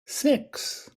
six